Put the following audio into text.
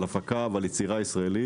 על הפקה ועל יצירה ישראלית.